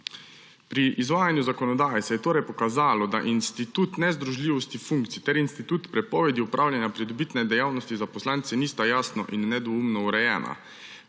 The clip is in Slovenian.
Pri izvajanju zakonodaje se je torej pokazalo, da institut nezdružljivosti funkcij ter institut prepovedi opravljanja pridobitne dejavnosti za poslance nista jasno in nedvoumno urejena.